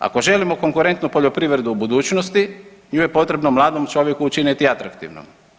Ako želimo konkurentnu poljoprivredu u budućnosti, nju je potrebno mladom čovjeku učiniti atraktivnom.